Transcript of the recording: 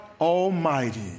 Almighty